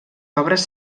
obres